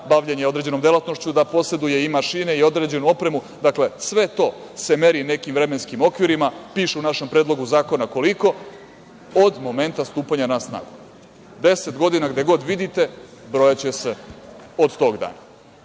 za bavljenje određenom delatnošću, da poseduje i mašine i određenu opremu, dakle sve to se meri nekim vremenskim okvirima, piše u našem Predlogu zakona koliko od momenta stupanja na snagu. Deset godina gde god vidite brojaće se od tog dana. To